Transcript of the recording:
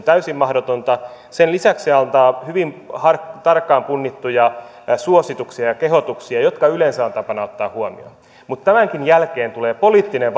täysin mahdotonta sen lisäksi se antaa hyvin tarkkaan punnittuja suosituksia ja kehotuksia jotka yleensä on tapana ottaa huomioon mutta tämänkin jälkeen tulee poliittinen